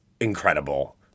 incredible